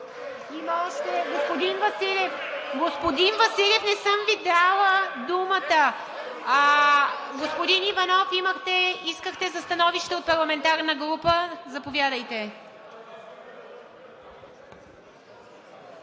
и реплики.) Господин Василев, не съм Ви дала думата! Господин Иванов, искахте за становище от парламентарна група – заповядайте.